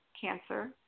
cancer